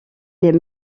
les